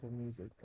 music